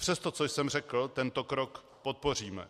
Přes to, co jsem řekl, tento krok podpoříme.